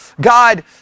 God